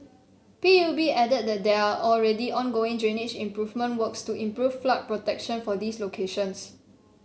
P U B added that there are already ongoing drainage improvement works to improve flood protection for these locations